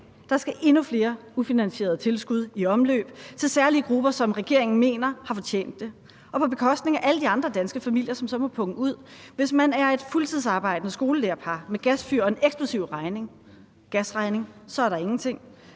Der skal endnu flere ufinansierede tilskud i omløb til særlige grupper, som regeringen mener har fortjent det, og på bekostning af alle de andre danske familier, som så må punge ud. Hvis man er et fuldtidsarbejdende skolelærerpar med gasfyr og en eksplosiv gasregning, så er der ingenting.